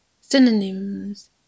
Synonyms